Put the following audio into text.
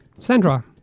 sandra